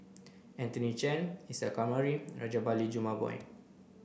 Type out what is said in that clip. Anthony Chen Isa Kamari Rajabali Jumabhoy